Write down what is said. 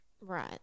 Right